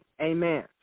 amen